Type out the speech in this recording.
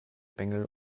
bengel